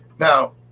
Now